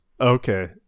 Okay